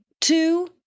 two